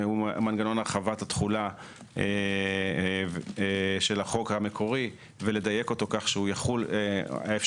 יש עניינים נוספים שהיו בהצעת החוק המקורית של חברת הכנסת רוזין,